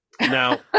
Now